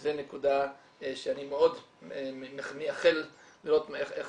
זו נקודה שאני מאוד מייחל לראות איך